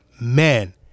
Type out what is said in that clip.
men